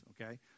okay